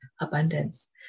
abundance